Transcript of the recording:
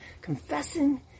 confessing